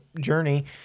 journey